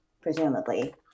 presumably